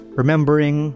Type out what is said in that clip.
remembering